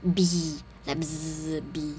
bee like bee